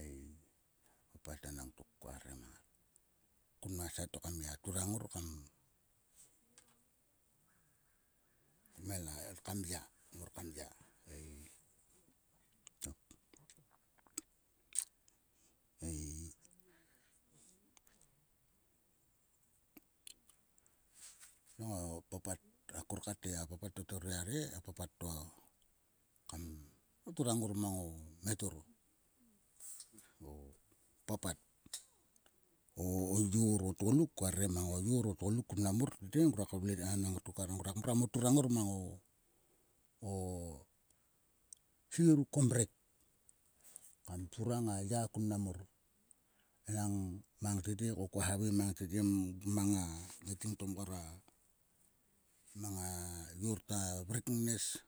Ei. papat enang tok koa re mang ngar. Kun ma sait to kam gia turang ngor kam. en kam ya. mor kam ya ei tok. Ei nong o papat akor kat e. a papat to kher gia re a papat to kam moturang ngor mo mhetor ruk. O papat. o yor. o tguluk. Koa re mang o yor o tgoluk. tete ngruaka vle enang tok. Ngruaka mo turang mo turang ngor mang o. o. sie ruk ko mrek. Kam turang a ya kun mnam mor. Nang mang tete koa havai mang tete mang a ngaiting to mang a yor to a vrik ngnes